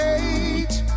age